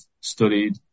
studied